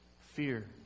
Fear